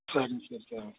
சரிங்க சார் சரிங்க சார்